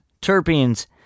terpenes